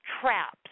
traps